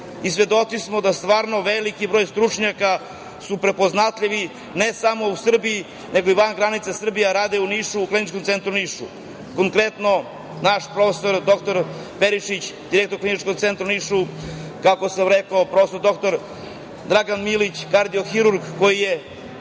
Svedoci smo da stvarno veliki broj stručnjaka su prepoznatljivi ne samo u Srbiji, nego i van granica Srbije, a rade u Nišu, u Kliničkom centru u Nišu. Konkretno, naš prof. dr Perišić, direktor Kliničkog centra u Nišu, prof. dr Dragan Milić, kardiohirurg, koji je